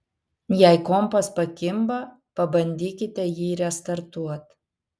jei kompas pakimba pabandykite jį restartuot